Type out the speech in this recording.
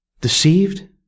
Deceived